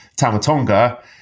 Tamatonga